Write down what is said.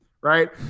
right